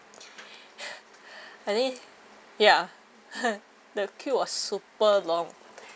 I think ya the queue was super long